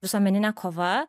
visuomeninė kova